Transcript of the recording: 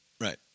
Right